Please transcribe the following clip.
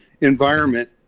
environment